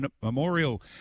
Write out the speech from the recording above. memorial